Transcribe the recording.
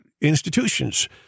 institutions